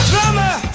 Drummer